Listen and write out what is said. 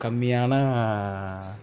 கம்மியான